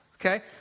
Okay